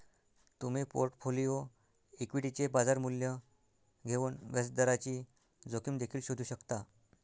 तुम्ही पोर्टफोलिओ इक्विटीचे बाजार मूल्य घेऊन व्याजदराची जोखीम देखील शोधू शकता